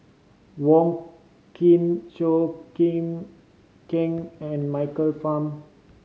Wong Keen Chua Chim Kang and Michael Fam